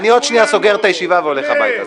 אני עוד שנייה סוגר את הישיבה והולך הביתה.